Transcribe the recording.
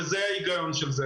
וזה ההיגיון של זה.